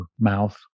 mouth